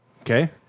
Okay